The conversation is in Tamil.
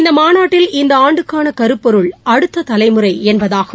இந்த மாநாட்டில் இந்த ஆண்டுக்கான கருப்பொருள் அடுத்த தலைமுறை என்பதாகும்